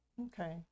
okay